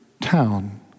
town